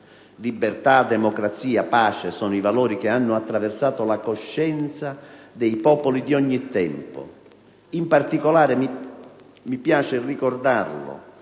Libertà, democrazia, pace, sono i valori che hanno attraversato la coscienza dei popoli di ogni tempo.